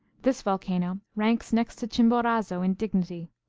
this volcano ranks next to chimborazo in dignity.